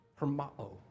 Hermao